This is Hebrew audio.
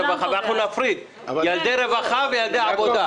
ואנחנו נפריד בין ילדי רווחה וילדי עבודה.